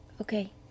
Okay